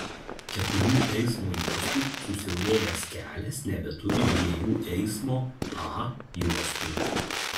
keturių eismo juostų susiaurėjęs kelias nebeturi dviejų eismo a juostų